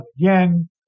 again